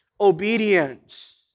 Obedience